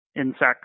insects